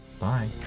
Bye